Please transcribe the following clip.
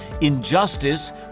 injustice